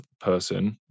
person